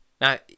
Now